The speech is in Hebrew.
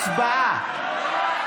הצבעה.